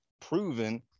proven